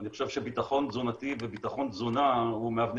אני חושב שביטחון תזונתי וביטחון תזונה הוא מאבני